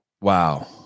Wow